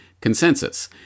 consensus